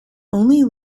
only